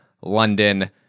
London